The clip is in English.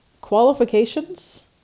qualifications